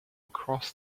across